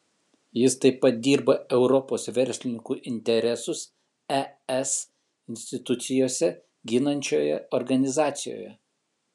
jis taip pat dirba europos verslininkų interesus es institucijose ginančioje organizacijoje